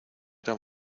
eran